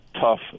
tough